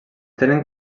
tenen